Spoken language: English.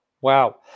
Wow